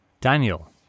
Daniel